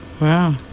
Wow